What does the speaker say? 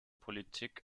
politik